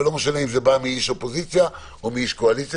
ולא משנה אם זה בא מאיש קואליציה או מאיש אופוזיציה,